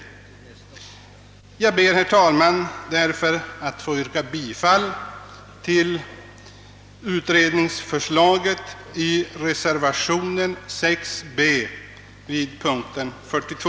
Jag ber, herr talman, därför att få yrka bifall till utredningsförslaget i reservation 6 b vid punkten 42.